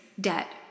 debt